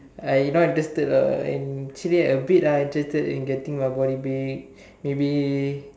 I not interested lah and actually I a bit I interested in getting my body big like maybe